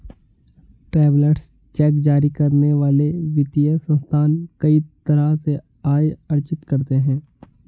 travellers cheque जारी करने वाले वित्तीय संस्थान कई तरह से आय अर्जित करते हैं